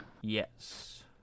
Yes